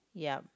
yup